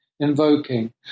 Invoking